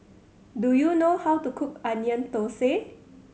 do you know how to cook Onion Thosai